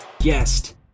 guest